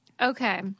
okay